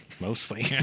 Mostly